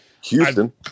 Houston